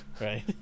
right